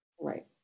Right